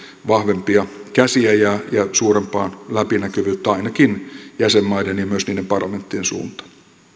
vahvempia käsiä ja suurempaa läpinäkyvyyttä ainakin jäsenmaiden ja myös niiden parlamenttien suuntaan